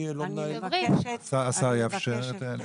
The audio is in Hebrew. השר יבקש לגברת?